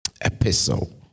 Epistle